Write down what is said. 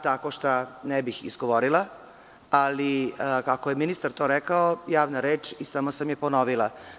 Tako šta ne bih izgovorila, ali ako je ministar to rekao, javna je reč i samo sam ponovila.